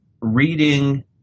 reading